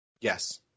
Yes